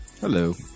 Hello